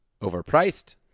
Overpriced